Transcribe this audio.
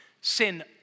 Sin